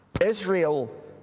Israel